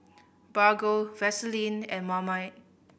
Bargo Vaseline and Marmite